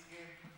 כן.